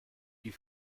die